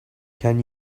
can